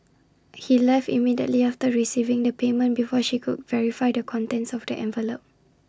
he left immediately after receiving the payment before she could verify the contents of the envelope